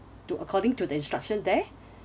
to according to the instruction there